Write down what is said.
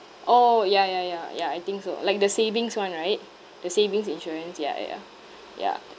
orh ya ya ya ya I think so like the savings [one] right the savings insurance ya ya ya ya